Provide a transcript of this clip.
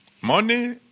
money